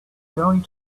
going